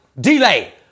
delay